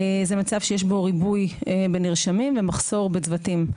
זה מצב שיש בו ריבוי בנרשמים ומחסור בצוותים.